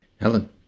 helen